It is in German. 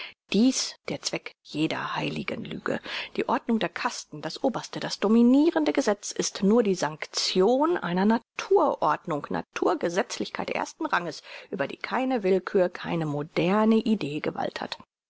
dies der zweck jeder heiligen lüge die ordnung der kasten das oberste das dominirende gesetz ist nur die sanktion einer natur ordnung natur gesetzlichkeit ersten ranges über die keine willkür keine moderne idee gewalt hat